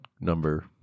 number